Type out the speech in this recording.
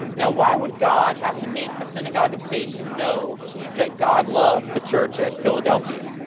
now why would god have to make the synagogue of satan to know that god loved the church at philadelphia?